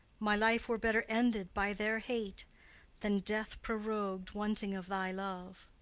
my life were better ended by their hate than death prorogued, wanting of thy love.